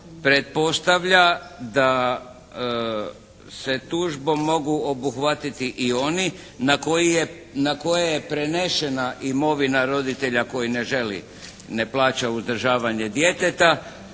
pretpostavlja da se tužbom mogu obuhvatiti i oni na koje je prenešena imovina roditelja koji ne želi, ne plaća uzdržavanje djeteta,